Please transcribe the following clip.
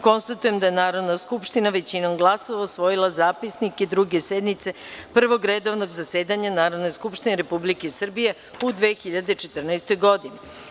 Konstatujem da je Narodna skupština većinom glasova usvojila Zapisnik Druge sednice Prvog redovnog zasedanja Narodne skupštine Republike Srbije u 2014. godini.